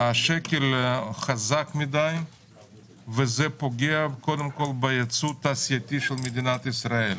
השקל חזק מדי וזה פוגע קודם כל בייצוא התעשייתי של מדינת ישראל.